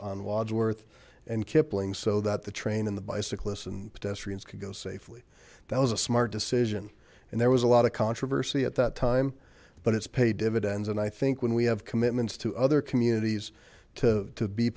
on wodsworth and kipling so that the train and the bicyclists and pedestrians could go safely that was a smart decision and there was a lot of controversy at that time but it's paid dividends and i think when we have commitments to other communities to to be